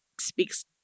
speaks